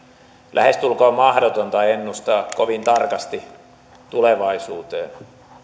lähestulkoon mahdotonta ennustaa kovin tarkasti tulevaisuuteen